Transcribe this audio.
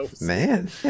Man